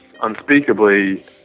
unspeakably